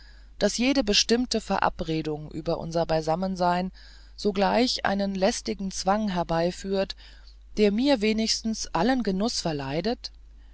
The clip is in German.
daß jede bestimmte verabredung über unser beisammensein sogleich einen lästigen zwang herbeiführt der mir wenigstens allen genuß verleidet